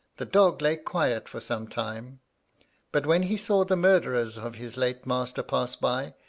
the dog lay quiet for some time but when he saw the murderers of his late master pass by,